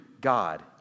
God